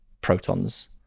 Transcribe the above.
protons